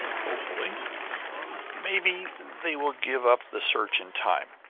hopefully maybe they will give up the search in time.